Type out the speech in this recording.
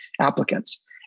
applicants